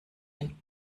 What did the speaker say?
den